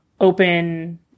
open